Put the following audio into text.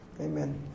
amen